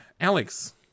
Alex